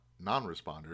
non-responders